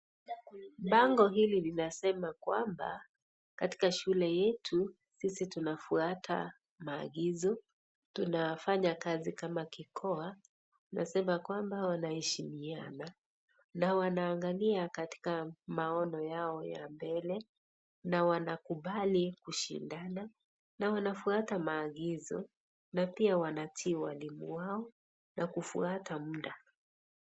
Bango hili linasema kwamba katika shule yetu sisi tunafuata maagizo, tunafanya kazi kama kikoa, inasema kwamba wanaheshimiana na wanaangalia katika maono yao ya mbele na wanakubali kushindana na wanafuata maagizo na pia wanatii walimu wao na kufuata muda.